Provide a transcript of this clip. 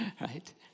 right